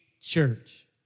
church